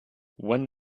when